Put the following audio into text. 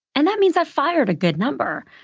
and that means i've fired a good number.